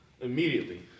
immediately